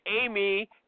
Amy